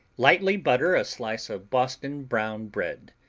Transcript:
lightly butter a slice of boston brown bread,